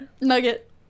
nugget